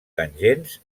tangents